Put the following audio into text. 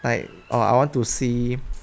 like orh I want to see